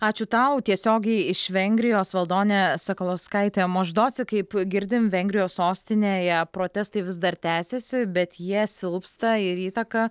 ačiū tau tiesiogiai iš vengrijos valdonė sakalauskaitė moždoci kaip girdim vengrijos sostinėje protestai vis dar tęsiasi bet jie silpsta ir įtaką